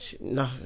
No